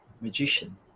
magician